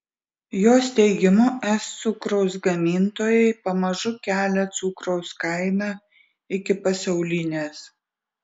jos teigimu es cukraus gamintojai pamažu kelia cukraus kainą iki pasaulinės